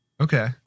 Okay